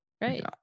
Right